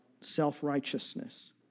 self-righteousness